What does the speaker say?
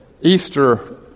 Easter